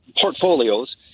portfolios